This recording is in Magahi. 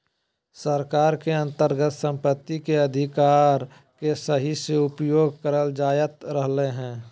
सरकार के अन्तर्गत सम्पत्ति के अधिकार के सही से उपयोग करल जायत रहलय हें